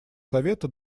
совета